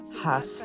half